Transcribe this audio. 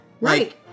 Right